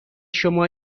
شما